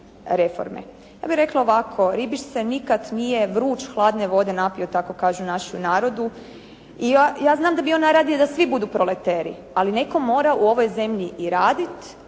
Ja bih rekla ovako. Ribič se nikada vruć hladne vode napio, tako kažu u našem narodu i ja znam da bi on najradije da svi budu proleteri, ali netko mora u ovoj zemlji i raditi,